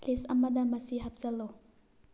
ꯂꯤꯁ ꯑꯃꯗ ꯃꯁꯤ ꯍꯥꯞꯆꯜꯂꯨ